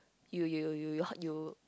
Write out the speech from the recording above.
you you you hurt you